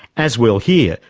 as well here,